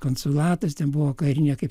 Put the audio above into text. konsulatas ten buvo karinė kaip